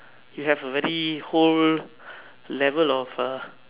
you have a very whole level of uh